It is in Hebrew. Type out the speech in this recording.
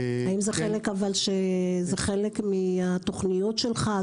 זה חלק מהתכניות שלך?